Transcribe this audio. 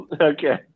Okay